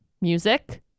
music